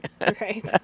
right